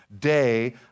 day